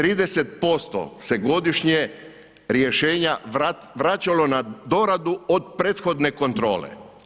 30% se godišnje rješenja vraćalo na doradu od prethodne kontrole.